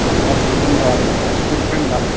अस्तु धन्यवादः महोदयः पुनर्मिलामः